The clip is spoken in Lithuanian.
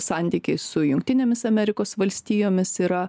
santykiai su jungtinėmis amerikos valstijomis yra